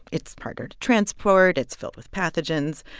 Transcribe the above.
it's harder to transport. it's filled with pathogens.